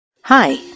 Hi